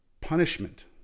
punishment